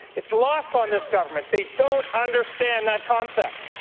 it's lost on this government. they don't understand that concept.